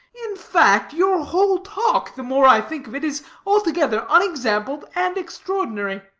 in fact, your whole talk, the more i think of it, is altogether unexampled and extraordinary.